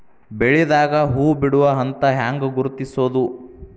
ಬೆಳಿದಾಗ ಹೂ ಬಿಡುವ ಹಂತ ಹ್ಯಾಂಗ್ ಗುರುತಿಸೋದು?